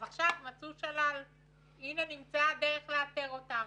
אז עכשיו נמצאה הדרך לאתר אותם.